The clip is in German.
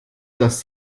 das